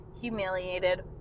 humiliated